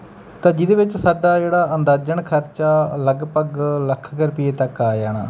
ਤਾਂ ਜਿਹਦੇ ਵਿੱਚ ਸਾਡਾ ਜਿਹੜਾ ਅੰਦਾਜ਼ਨ ਖਰਚਾ ਲਗਭਗ ਲੱਖ ਕੁ ਰੁਪਈਏ ਤੱਕ ਆ ਜਾਣਾ